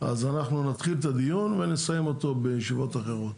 אז אנחנו נתחיל את הדיון ונסיים אותו בישיבות אחרות.